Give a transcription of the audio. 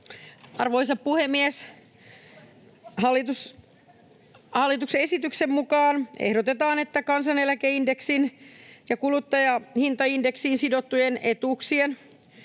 Arvoisa puhemies! Hallituksen esityksen mukaan ehdotetaan, että kansaneläkeindeksiin ja kuluttajahintaindeksiin sidottujen etuuksien